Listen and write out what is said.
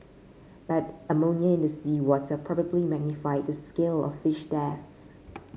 but ammonia in the seawater probably magnified the scale of fish deaths